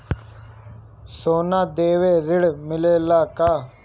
सोना देके ऋण मिलेला का?